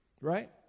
right